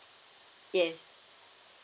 yes